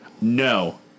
No